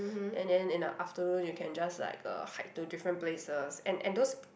and then in the afternoon you can just like uh hike to different places and and those